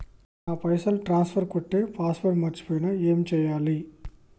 నా పైసల్ ట్రాన్స్ఫర్ కొట్టే పాస్వర్డ్ మర్చిపోయిన ఏం చేయాలి?